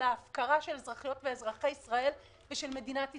על ההפקרה של אזרחיות ואזרחי ישראל ושל מדינת ישראל?